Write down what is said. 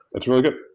it's really good.